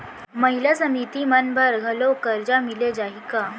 महिला समिति मन बर घलो करजा मिले जाही का?